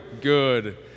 Good